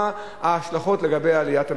מה ההשלכות לגבי עליית המחירים.